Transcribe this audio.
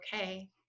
okay